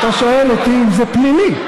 אתה שואל אותי אם זה פלילי.